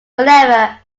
whenever